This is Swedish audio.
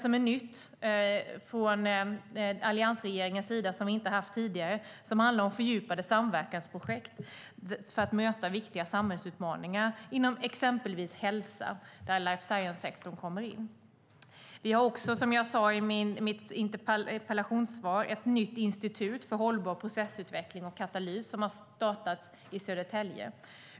Det är nytt från alliansregeringens sida; det har vi inte haft tidigare. Det handlar om fördjupade samverkansprojekt för att möta viktiga samhällsutmaningar inom exempelvis området hälsa, där life science-sektorn kommer in. Vi har också, som jag sade i mitt interpellationssvar, ett nytt institut för hållbar processutveckling och katalys, som har startat i Södertälje.